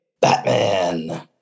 Batman